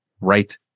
right